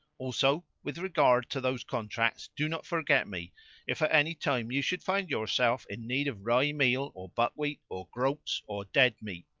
also, with regard to those contracts, do not forget me if at any time you should find yourself in need of rye-meal or buckwheat or groats or dead meat.